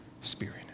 spirit